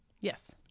Yes